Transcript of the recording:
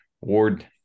Ward